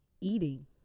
Eating